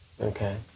Okay